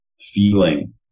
feeling